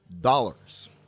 dollars